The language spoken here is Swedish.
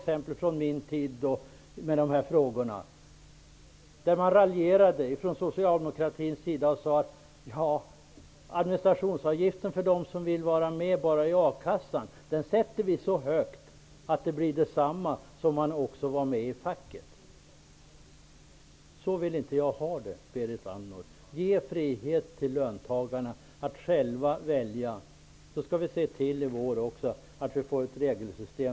Under den tid då jag handlade sådana här frågor, raljerade man från Socialdemokraternas sida. Man sade: Vi sätter administrationsavgiften för att få tillhöra a-kassan så högt att det i prinip blir detsamma som att vara med i facket. På det viset vill inte jag ha det, Berit Andnor. Ge frihet till löntagarna att själva välja! Vi skall se till att regelsystemet ligger på bordet till våren.